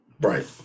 Right